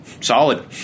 Solid